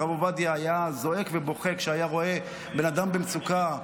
הרב עובדיה היה זועק ובוכה כשהיה רואה בן אדם במצוקה.